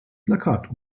plakat